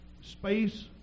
space